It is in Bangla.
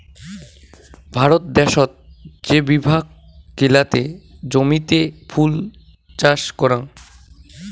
ভারত দ্যাশোত যে বিভাগ গিলাতে জমিতে ফুল চাষ করাং